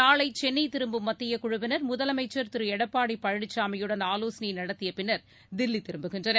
நாளைசென்னைதிரும்பும் மத்தியக் குழுவினர் முதலமைச்சர் திரு எடப்பாடிபழனிசாமியுடன் ஆலோசனைநடத்தியபின்னர் தில்லிதிரும்புகின்றனர்